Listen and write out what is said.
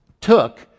took